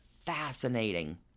fascinating